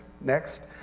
Next